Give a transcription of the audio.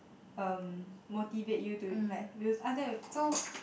um motivate you to like we'll ask them so